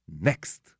Next